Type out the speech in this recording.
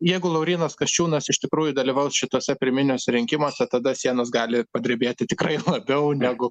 jeigu laurynas kasčiūnas iš tikrųjų dalyvaus šituose pirminiuose rinkimuose tada sienos gali padrebėti tikrai labiau negu